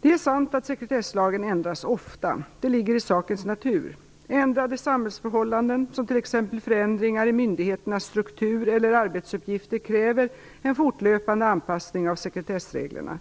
Det är sant att sekretesslagen ändras ofta. Det ligger i sakens natur. Ändrade samhällsförhållanden som t.ex. förändringar i myndigheternas struktur eller arbetsuppgifter kräver en fortlöpande anpassning av sekretssreglerna.